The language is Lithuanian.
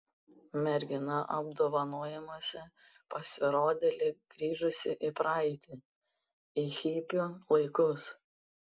mergina apdovanojimuose pasirodė lyg grįžusi į praeitį į hipių laikus